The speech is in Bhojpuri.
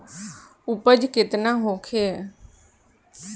उपज केतना होखे?